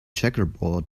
checkerboard